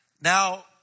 Now